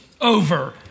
over